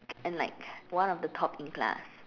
and like one of the top in class